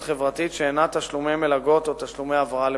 חברתית שאינה תשלומי מלגות או תשלומי העברה לפרטים.